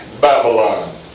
Babylon